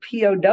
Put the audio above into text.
POW